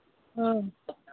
हाँ